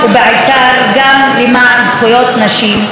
ובעיקר גם למען זכויות נשים,